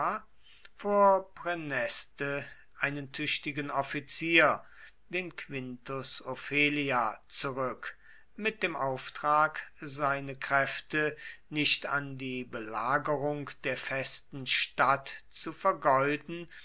einen tüchtigen offizier den quintus ofelia zurück mit dem auftrag seine kräfte nicht an die belagerung der festen stadt zu vergeuden